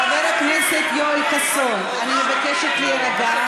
חבר הכנסת יואל חסון, אני מבקשת להירגע.